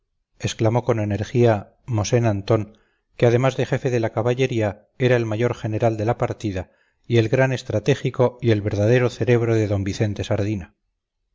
exclamó con energía mosén antón que además de jefe de la caballería era el mayor general de la partida y el gran estratégico y el verdadero cerebro de d vicente sardina